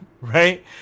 right